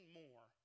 more